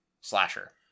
slasher